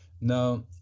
Now